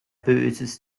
böses